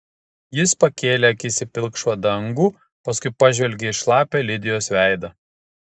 jis pakėlė akis į pilkšvą dangų paskui pažvelgė į šlapią lidijos veidą